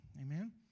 Amen